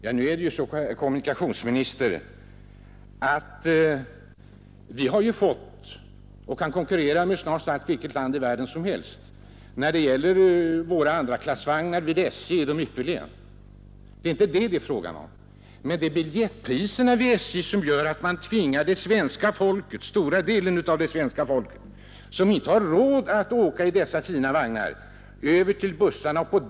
Ja, herr kommunikationsminister, vi kan konkurrera med snart sagt vilket land i världen som helst med våra andraklassvagnar, som är ypperliga. Men det är inte detta det är fråga om, utan det är SJ:s biljettpriser som tvingar den stora del av det svenska folket, som inte har råd att åka i dessa fina vagnar, över till bussarna.